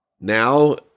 now